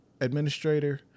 administrator